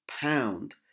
pound